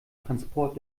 transport